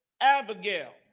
Abigail